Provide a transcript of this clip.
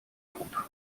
groupe